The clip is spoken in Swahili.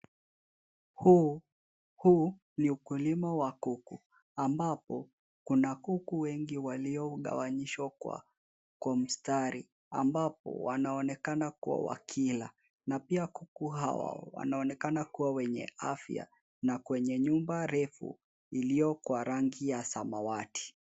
Huu ni ukulima wa kuku, ambapo kuna kuku wengi waliogawanyishwa kwa mistari ambapo wanaonekana kuwa wa kila, na pia kuku hawa wanaonekana kuwa wenye afya na kwenye nyumba refu iliyo kwa rangi ya samawati.